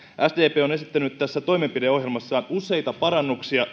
sdp on esittänyt tässä toimenpideohjelmassaan direktiiviin useita parannuksia